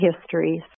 histories